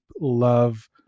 love